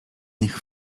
nich